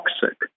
toxic